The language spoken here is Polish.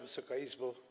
Wysoka Izbo!